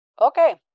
okay